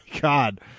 God